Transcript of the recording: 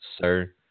Sir